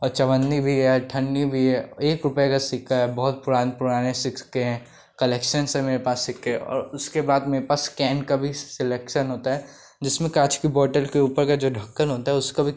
और चवन्नी भी है अठन्नी भी है औ एक रुपये का सिक्का है बहुत पुराने पुराने सिक्के हैं कलेक्शन्स हैं मेरे पास सिक्के और उसके बाद मेरे पास कैन का भी सेलेक्सन होता है जिसमें काँच की बॉटल के ऊपर का जो ढक्कन होता है उसका भी